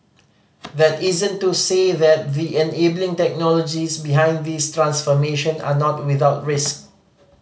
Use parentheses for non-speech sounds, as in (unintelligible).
that isn't to say the (unintelligible) enabling technologies behind this transformation are not without risk